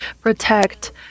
protect